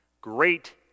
great